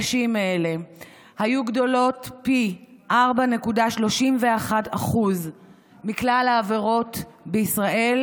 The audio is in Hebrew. הנשים האלה היו פי 4.31 מכלל העבירות בישראל,